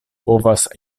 povas